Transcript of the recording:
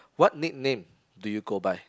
what nickname do you go by